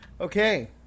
Okay